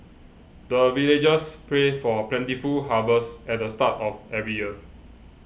the villagers pray for plentiful harvest at the start of every year